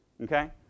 Okay